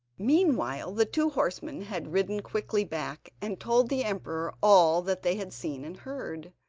meanwhile the two horsemen had ridden quickly back, and told the emperor all that they had seen and heard.